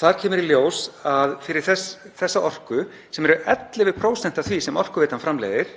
Þar kemur í ljós að fyrir þessa orku, sem er um 11% af því sem Orkuveitan framleiðir,